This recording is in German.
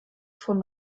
von